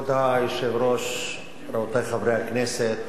כבוד היושב-ראש, רבותי חברי הכנסת,